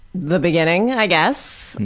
the beginning? i guess.